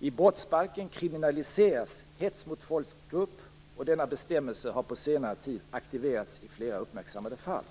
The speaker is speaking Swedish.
I brottsbalken kriminaliseras hets mot folkgrupp, och denna bestämmelse har på senare tid aktiverats i flera uppmärksammade fall.